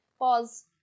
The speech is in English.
Pause